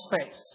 space